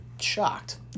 Shocked